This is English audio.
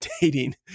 dating